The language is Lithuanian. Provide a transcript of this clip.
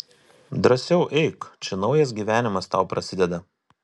drąsiau eik čia naujas gyvenimas tau prasideda